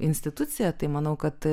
instituciją tai manau kad